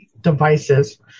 devices